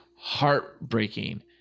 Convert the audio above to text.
heartbreaking